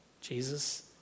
Jesus